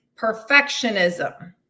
perfectionism